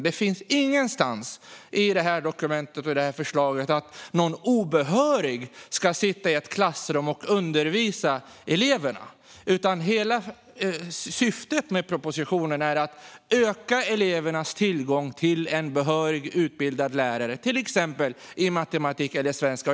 Det står ingenstans i detta dokument eller detta förslag att någon obehörig ska sitta i ett klassrum och undervisa eleverna, utan hela syftet med propositionen är att öka elevernas tillgång till utbildade, behöriga lärare i till exempel matematik eller svenska.